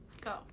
Go